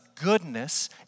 goodness